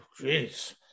Jeez